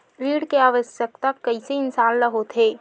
ऋण के आवश्कता कइसे इंसान ला होथे?